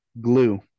glue